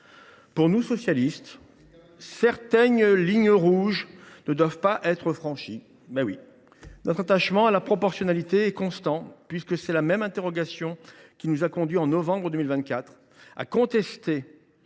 Pour nous, socialistes, certaines lignes rouges ne doivent pas être franchies. Notre attachement à la proportionnalité est constant. En effet, c’est la même interrogation qui nous a conduits, en novembre 2024, à contester